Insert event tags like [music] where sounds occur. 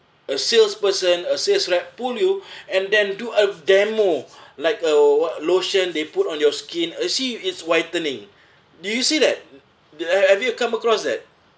a salesperson a sales rep pull you [breath] and then do a demo [breath] like a what lotion they put on your skin uh see it's whitening do you see that have have you come across that